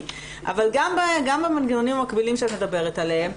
אבל גם במנגנונים מקבילים שאת מדברים עליהם,